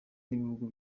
n’ibihugu